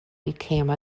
became